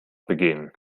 begehen